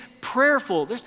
prayerful